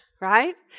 right